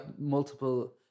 multiple